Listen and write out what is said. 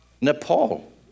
Nepal